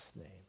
name